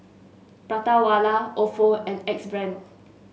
Prata Wala Ofo and Axe Brand